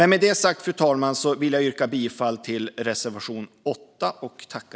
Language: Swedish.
Fru talman! Jag yrkar bifall till reservation 8.